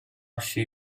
she